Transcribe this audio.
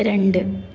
രണ്ട്